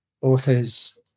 authors